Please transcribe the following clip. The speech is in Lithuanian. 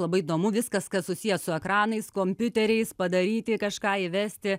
labai įdomu viskas kas susiję su ekranais kompiuteriais padaryti kažką įvesti